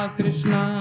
krishna